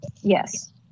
Yes